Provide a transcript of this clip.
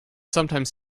sometimes